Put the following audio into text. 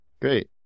Great